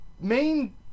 main